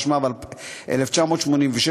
התשמ"ו 1986,